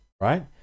Right